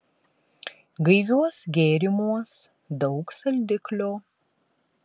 gaiviuos gėrimuos daug saldiklio